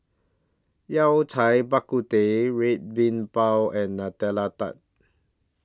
Yao Cai Bak Kut Teh Red Bean Bao and Nutella Tart